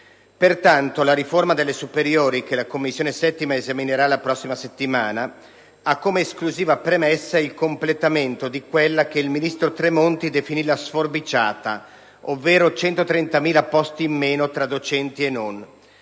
Pertanto, la riforma delle superiori, che la 7a Commissione esaminerà la prossima settimana, ha come esclusiva premessa il completamento di quella che il ministro Tremonti definì la «sforbiciata», ovvero 130.000 posti in meno tra docenti e non.